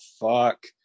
fuck